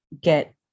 get